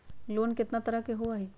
Loan केतना तरह के होअ हई?